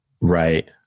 Right